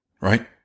right